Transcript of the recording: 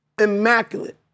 Immaculate